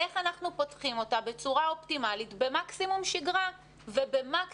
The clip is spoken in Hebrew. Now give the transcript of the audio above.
איך אנחנו פותחים אותה בצורה אופטימלית במקסימום שגרה ובמקסימום